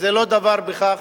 זה לא דבר של מה בכך,